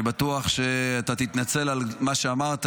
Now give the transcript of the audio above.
אני בטוח שאתה תתנצל על מה שאמרת,